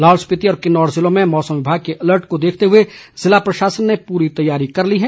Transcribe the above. लाहौल स्पिति और किन्नौर जिलों में मौसम विभाग के अलर्ट को देखते हुए जिला प्रशासन ने पूरी तैयारी कर ली है